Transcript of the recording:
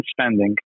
spending